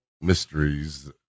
mysteries